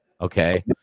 okay